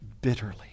bitterly